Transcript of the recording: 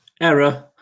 error